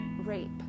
rape